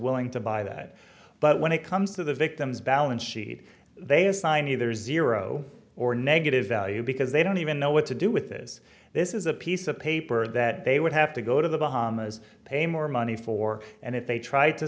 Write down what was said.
willing to buy that but when it comes to the victims balance sheet they assign either zero or negative value because they don't even know what to do with this this is a piece of paper that they would have to go to the bahamas pay more money for and if they tr